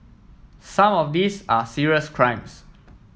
some of these are serious crimes